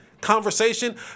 conversation